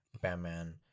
Batman